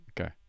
Okay